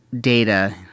data